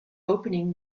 opening